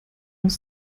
aus